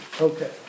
Okay